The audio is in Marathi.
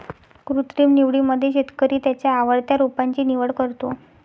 कृत्रिम निवडीमध्ये शेतकरी त्याच्या आवडत्या रोपांची निवड करतो